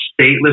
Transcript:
stateless